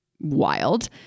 wild